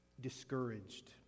Discouraged